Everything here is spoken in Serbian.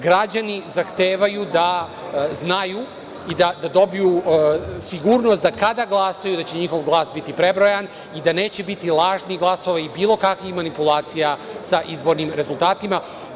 Građani zahtevaju da znaju i da dobiju sigurnost da kada glasaju će njihov glas biti prebrojan i da neće biti lažnih glasova i bilo kakvih manipulacija sa izbornim rezultatima.